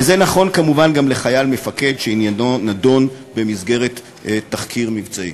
וזה נכון כמובן גם לחייל או מפקד שעניינו נדון במסגרת תחקיר מבצעי.